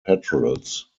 petrels